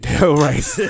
Right